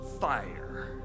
Fire